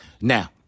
now